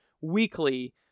weekly